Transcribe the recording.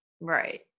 Right